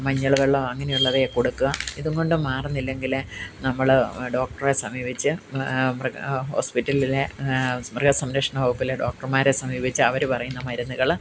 മഞ്ഞൾ വെള്ളമോ അങ്ങനെ ഉള്ളവയെ കൊടുക്കുക ഇതും കൊണ്ടും മാറുന്നില്ലെങ്കിൽ നമ്മൾ ഡോക്ടറെ സമീപിച്ച് മൃഗ ഹോസ്പിറ്റലിലെ മൃഗ സംരക്ഷണ വകുപ്പിലെ ഡോക്ടര്മാരെ സമീപിച്ച് അവർ പറയുന്ന മരുന്നുകൾ